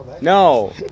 No